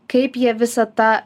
kaip jie visą tą